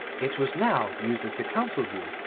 it was now used as the council-room,